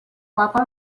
papa